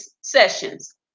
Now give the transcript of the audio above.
sessions